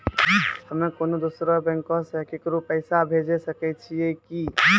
हम्मे कोनो दोसरो बैंको से केकरो पैसा भेजै सकै छियै कि?